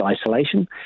isolation